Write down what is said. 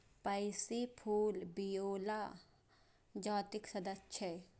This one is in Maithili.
पैंसी फूल विओला जातिक सदस्य छियै